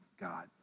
God